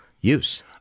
use